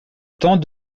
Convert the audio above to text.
temps